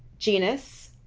genus,